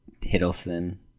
Hiddleston